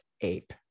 ape